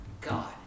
God